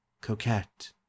Coquette